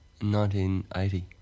1980